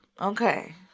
Okay